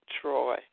Troy